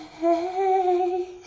hey